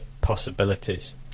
possibilities